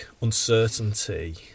uncertainty